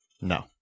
No